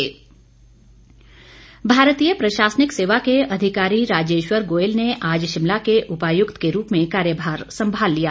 DC Shimla भारतीय प्रशासनिक सेवा के अधिकारी राजेश्वर गोयल ने आज शिमला के उपायुक्त के रूप में कार्यभार संभाल लिया